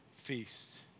Feast